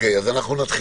אנחנו נפתח